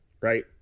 right